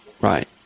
Right